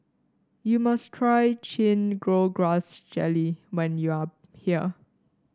you must try Chin Chow Grass Jelly when you are here